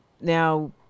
Now